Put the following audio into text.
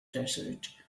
desert